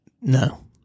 No